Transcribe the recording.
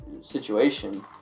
situation